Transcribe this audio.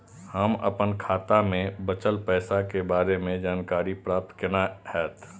हम अपन खाता में बचल पैसा के बारे में जानकारी प्राप्त केना हैत?